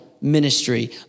ministry